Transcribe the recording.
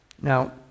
Now